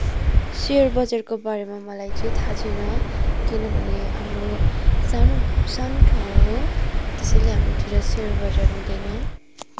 share बजारको बारेमा मलाई चाहिँ थाहा छैन किनभने हाम्रो सानो सानो ठाउँ हो त्यसैले हाम्रोतिर सेयर बजार हुँदैन